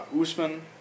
Usman